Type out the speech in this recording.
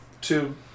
Two